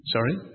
Sorry